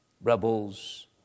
rebels